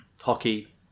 hockey